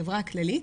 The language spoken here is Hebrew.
החברה הכללית,